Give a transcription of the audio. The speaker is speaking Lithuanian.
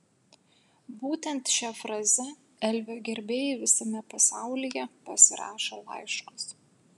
būtent šia fraze elvio gerbėjai visame pasaulyje pasirašo laiškus